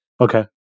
okay